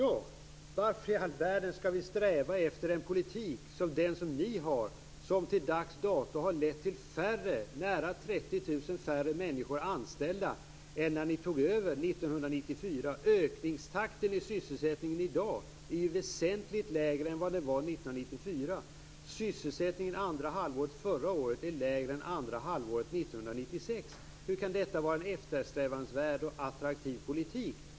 Varför i all världen skall vi sträva efter en politik som den som ni för, som till dags dato har lett till färre, nära 30 000, människor anställda än när ni tog över 1994? Ökningstakten i sysselsättningen i dag är ju väsentligt lägre än vad den var 1994. Sysselsättningen under andra halvan av förra året var lägre än under andra halvåret 1996. Hur kan detta vara en eftersträvansvärd och attraktiv politik?